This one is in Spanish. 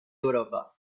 europa